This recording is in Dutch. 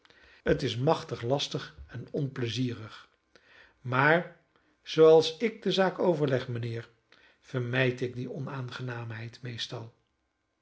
het is machtig lastig en onpleizierig maar zooals ik de zaak overleg mijnheer vermijd ik die onaangenaamheid meestal